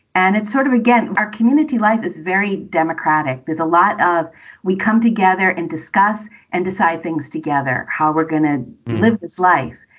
and it's sort of again, our community life is very democratic. there's a lot of we come together and discuss and decide things together how we're going to live this life.